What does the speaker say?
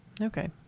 okay